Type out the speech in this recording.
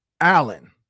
allen